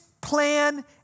plan